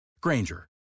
Granger